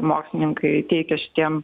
mokslininkai teikia šitiem